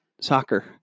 soccer